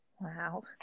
Wow